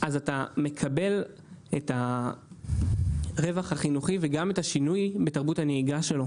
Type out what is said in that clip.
אתה מקבל את הרווח החינוכי וגם את השינוי בתרבות הנהיגה של אותו